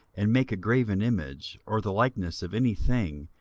and make a graven image, or the likeness of any thing,